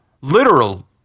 literal